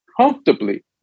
comfortably